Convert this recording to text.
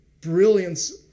brilliance